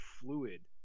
fluid